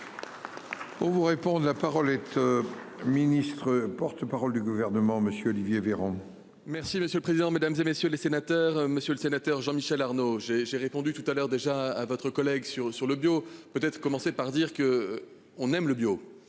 Pour vous répondre la parole être. Ministre porte-parole du gouvernement, monsieur Olivier Véran. Merci monsieur le président, Mesdames, et messieurs les sénateurs, Monsieur le Sénateur Jean Michel Arnaud, j'ai, j'ai répondu tout à l'heure déjà à votre collègue sur sur le bio peut être commencer par dire qu'. On aime le bio